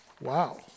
Wow